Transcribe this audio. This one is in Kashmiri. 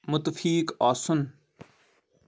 مُتفیٖق آسُن